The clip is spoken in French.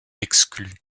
exclu